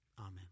Amen